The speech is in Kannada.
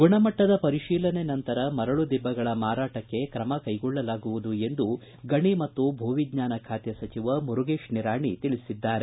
ಗುಣಮಟ್ಟದ ಪರಿಶೀಲನೆ ನಂತರ ಮರಳು ದಿಬ್ಬಗಳ ಮಾರಾಟಕ್ಕೆ ಕ್ರಮ ಕೈಗೊಳ್ಳಲಾಗುವುದು ಎಂದು ಗಣಿ ಮತ್ತು ಭೂ ವಿಜ್ಞಾನ ಖಾತೆ ಸಚಿವ ಮುರುಗೇಶ್ ನಿರಾಣಿ ತಿಳಿಸಿದ್ದಾರೆ